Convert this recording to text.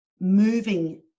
moving